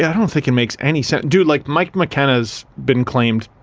yeah don't think it makes any sense. dude, like, mike mckenna has been claimed,